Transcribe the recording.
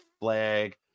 flag